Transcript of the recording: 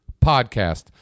podcast